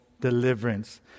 deliverance